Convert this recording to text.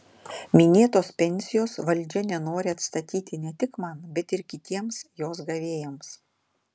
minėtos pensijos valdžia nenori atstatyti ne tik man bet ir kitiems jos gavėjams